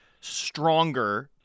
stronger